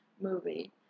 movie